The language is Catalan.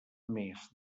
més